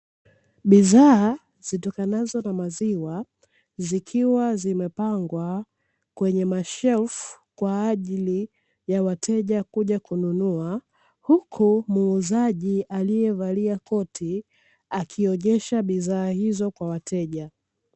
Bidhaa zitokanazo na maziwa, zikiwa zimepangwa kwenye mashelfu kwa ajili ya wateja kuja kununua, huku muuzaji aliyevalia koti akionyesha bidhaa hizo kwa wateja.